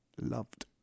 loved